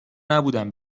نبودم